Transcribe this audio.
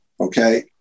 Okay